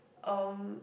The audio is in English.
um